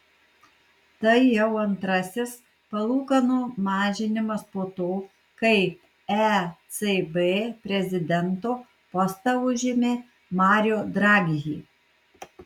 tai jau antrasis palūkanų mažinimas po to kai ecb prezidento postą užėmė mario draghi